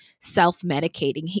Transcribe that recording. self-medicating